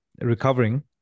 recovering